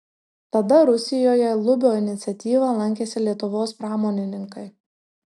tada rusijoje lubio iniciatyva lankėsi lietuvos pramonininkai